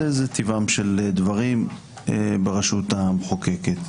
זה טיב דברים ברשות המחוקקת,